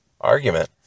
argument